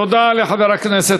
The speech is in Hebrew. תודה לחברי הכנסת.